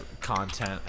content